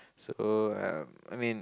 so um I mean